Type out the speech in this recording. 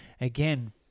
again